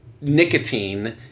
nicotine